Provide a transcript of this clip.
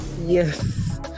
Yes